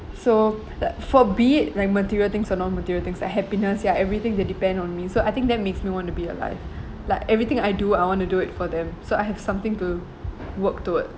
so that for be it like material things or non material things like happiness ya everything they depend on me so I think that makes me want to be alive like everything I do I want to do it for them so I have something to work towards